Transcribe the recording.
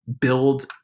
build